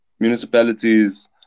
municipalities